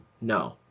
No